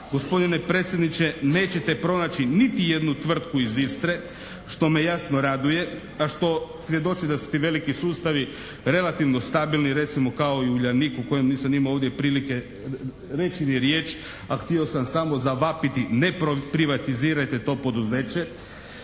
gospodine predsjedniče, nećete pronaći niti jednu tvrtku iz Istre, što me jasno raduje a što svjedoči da su ti veliki sustavi relativno stabilni recimo kao i "Uljanik" o kojem nisam ovdje imao prilike reći ni riječ a htio sam samo zavapiti ne privatizirajte to poduzeće.